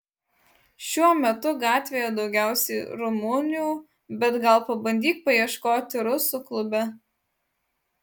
šiuo metu gatvėje daugiausiai rumunių bet gal pabandyk paieškoti rusų klube